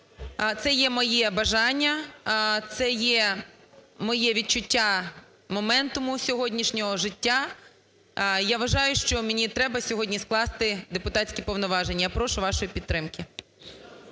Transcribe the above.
це є моє бажання, це є моє відчуття моменту мого сьогоднішнього життя. Я вважаю, що мені треба сьогодні скласти депутатські повноваження. Я прошу вашої підтримки.